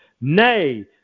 Nay